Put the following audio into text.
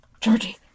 Georgie